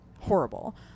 horrible